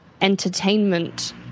entertainment